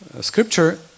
scripture